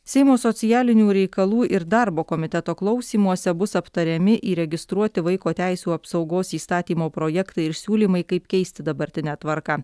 seimo socialinių reikalų ir darbo komiteto klausymuose bus aptariami įregistruoti vaiko teisių apsaugos įstatymo projektai ir siūlymai kaip keisti dabartinę tvarką